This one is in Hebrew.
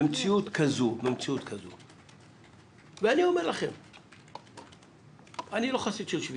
במציאות כזו אני לא חסיד של שביתות.